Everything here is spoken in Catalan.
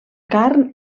carn